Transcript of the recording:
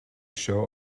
show